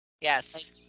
yes